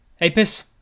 Apis